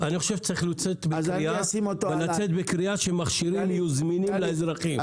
אני חושב שצריכים לצאת בקריאה שמכשירים יהיו זמינים לאזרחים.